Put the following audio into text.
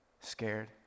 scared